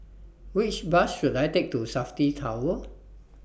Which Bus should I Take to Safti Tower